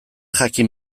jakin